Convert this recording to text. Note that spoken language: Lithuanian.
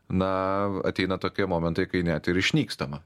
na ateina tokie momentai kai net ir išnykstama